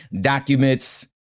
documents